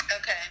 Okay